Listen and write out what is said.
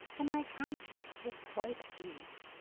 and my conscience was quite at ease.